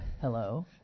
Hello